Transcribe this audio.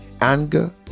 anger